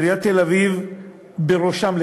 עיריית תל-אביב בראשם,